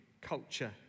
culture